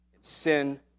Sin